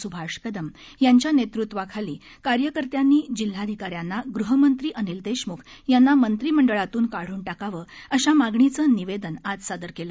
सुभाष कदम यांच्या नेतृत्वाखाली कार्यकर्त्यांनी जिल्हाधिकाऱ्यांना गृहमंत्री अनिल देशमुख यांना मंत्रिमंडळातून काढून टाकावं अशा मागणीचं निवेदन आज सादर केलं